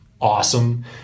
awesome